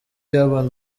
urban